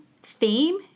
theme